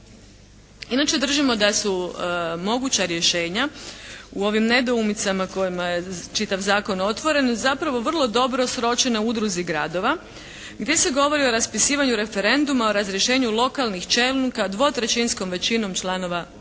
Inače držimo da su moguća rješenja u ovim nedoumicama kojima je čitav zakon otvoren zapravo vrlo dobro sročena u udruzi gradova gdje se govori o raspisivanju referenduma o razrješenju lokalnih čelnika dvotrećinskom većinom članova